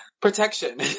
protection